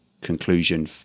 conclusion